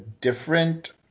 Different